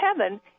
heaven